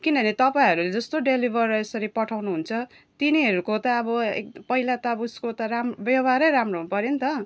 किनभने तपाईहरू जस्तो डेलिभर यसरी पठाउनुहुन्छ तिनीहरूको त अब एक पहिलाको त अब उसको त राम्रो व्यवहारै राम्रो हुनुपर्यो नि त